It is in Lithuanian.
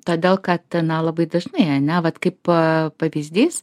todėl kad na labai dažnai ane vat kaip a pavyzdys